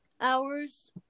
hours